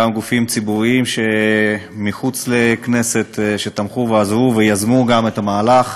גם לגופים ציבוריים מחוץ לכנסת שתמכו ועזרו ויזמו את המהלך.